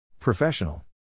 Professional